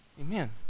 Amen